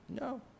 No